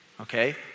okay